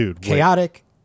chaotic